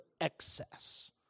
excess